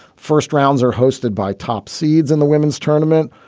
first rounds are hosted by top seeds in the women's tournament.